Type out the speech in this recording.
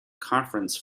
conference